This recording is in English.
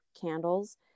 candles